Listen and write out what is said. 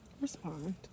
respond